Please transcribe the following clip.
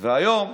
והיום,